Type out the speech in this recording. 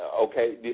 Okay